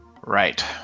Right